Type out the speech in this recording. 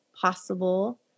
possible